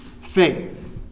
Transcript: faith